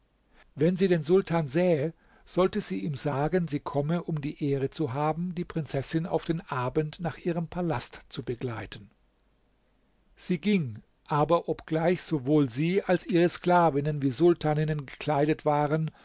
wenn sie den sultan sähe sollte sie ihm sagen sie komme um die ehre zu haben die prinzessin auf den abend nach ihrem palast zu begleiten sie ging aber obgleich sowohl sie als ihre sklavinnen wie sultaninnen gekleidet waren